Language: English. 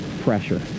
pressure